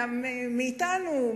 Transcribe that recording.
מאתנו,